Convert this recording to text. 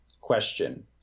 question